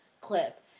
clip